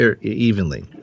evenly